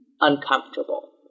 uncomfortable